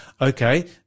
Okay